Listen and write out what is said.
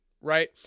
right